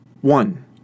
One